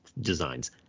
designs